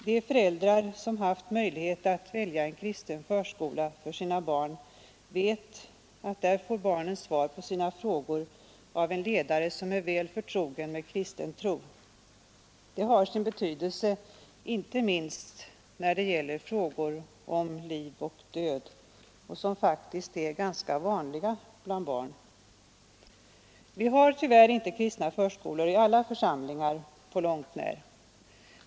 De föräldrar som haft möjlighet att välja en kristen förskola för sina barn vet att barnen där får svar på sina frågor av en ledare som är väl förtrogen med kristen tro. Det har sin betydelse inte minst när det gäller frågor om liv och död som faktiskt är ganska vanliga bland barn. Vi har tyvärr inte på långt när kristna förskolor i alla församlingar.